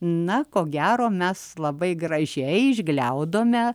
na ko gero mes labai gražiai išgliaudome